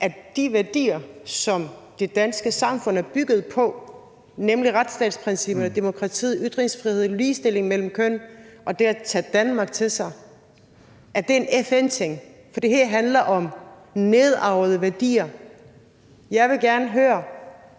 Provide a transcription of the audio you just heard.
at de værdier, som det danske samfund er bygget på, nemlig retsstatsprincipperne, demokratiet, ytringsfriheden, ligestillingen mellem kønnene og det at tage Danmark til sig, er en FN-ting, for det her handler om nedarvede værdier. Jeg vil gerne høre,